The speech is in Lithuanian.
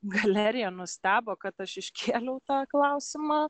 galerija nustebo kad aš iškėliau tą klausimą